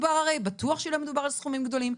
בטוח שלא מדובר על סכומים גדולים,